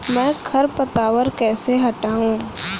मैं खरपतवार कैसे हटाऊं?